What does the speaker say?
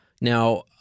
now